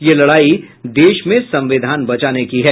यह लड़ाई देश में संविधान बचाने की है